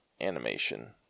animation